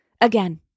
Again